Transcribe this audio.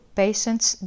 patients